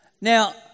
Now